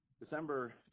December